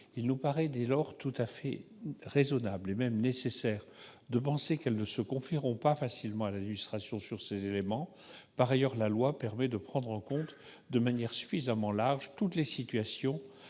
Il paraît dès lors raisonnable de penser qu'ils ne se confieront pas facilement à l'administration sur ces éléments. Par ailleurs, la loi permet de prendre en compte de manière suffisamment large toutes les situations